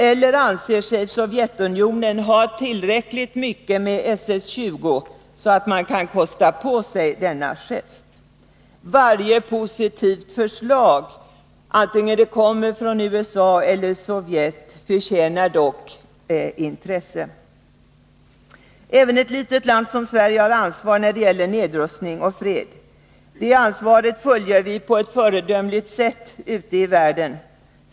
Eller anser sig Sovjetunionen ha tillräckligt mycket med SS 20, så att man kan kosta på sig denna gest? Varje positivt förslag, vare sig det kommer från USA eller från Sovjet, förtjänar dock intresse. Men även ett litet land som Sverige har ansvar när det gäller nedrustning och fred. Det ansvaret fyller vi på ett föredömligt sätt ute i världen.